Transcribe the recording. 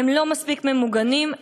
הם לא מספיק ממוגנים,